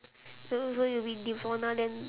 so so it'll be devona then